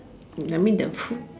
I mean the food